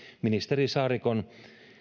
ministeri saarikon